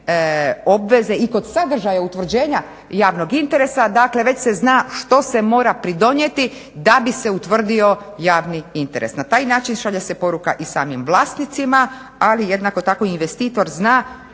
i kod sadržaja utvrđenja javnog interesa dakle već se zna što se mora pridonijeti da bi se utvrdio javni interes. Na taj način šalje se poruka i samim vlasnicima, ali jednako tako i investitor zna